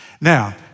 Now